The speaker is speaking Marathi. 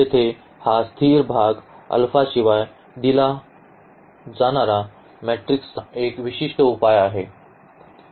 येथे हा स्थिर भाग अल्फाशिवाय दिला जाणारा सिस्टमचा एक विशिष्ट उपाय आहे